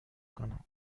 کنم